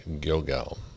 Gilgal